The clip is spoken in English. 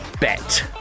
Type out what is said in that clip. Bet